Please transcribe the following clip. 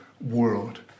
world